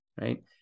right